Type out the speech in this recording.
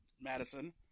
Madison